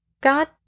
God